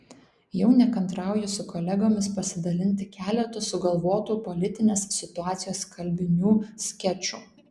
jau nekantrauju su kolegomis pasidalinti keletu sugalvotų politinės situacijos kalbinių skečų